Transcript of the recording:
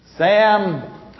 Sam